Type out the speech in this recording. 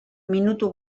minutu